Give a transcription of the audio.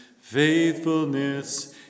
faithfulness